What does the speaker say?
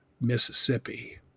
mississippi